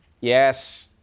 Yes